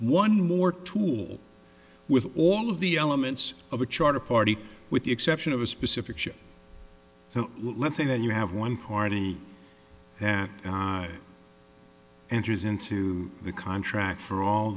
one more tool with all of the elements of a charter party with the exception of a specific ship so let's say that you have one party that enters into the contract for all